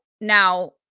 now